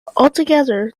altogether